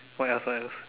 what else what else